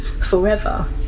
forever